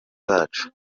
bacu